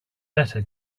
better